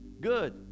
good